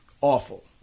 awful